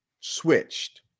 switched